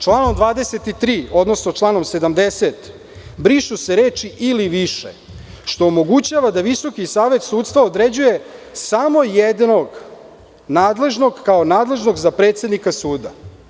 Članom 23. odnosno članom 70. brišu se reči -ili više, što omogućava da Visoki savet sudstva određuje samo jednog nadležnog kao nadležnog za predsednika suda.